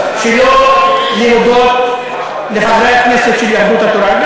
שלא להודות לחברי הכנסת של יהדות התורה,